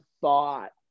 thought